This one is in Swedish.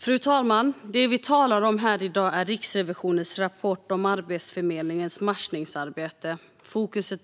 Fru talman! Det vi talar om här i dag är Riksrevisionens rapport om Arbetsförmedlingens matchningsarbete. Rapportens